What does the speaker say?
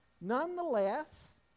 nonetheless